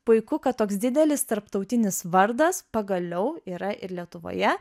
puiku kad toks didelis tarptautinis vardas pagaliau yra ir lietuvoje